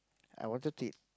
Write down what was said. I wanted